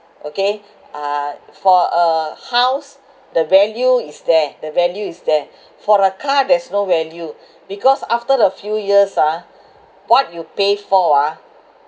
okay uh for a house the value is there the value is there for a car there's no value because after a few years ah what you pay for ah